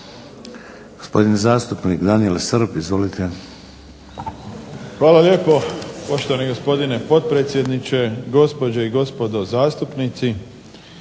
Hvala lijepo, poštovani gospodine potpredsjedniče. Gospođe i gospodo zastupnici.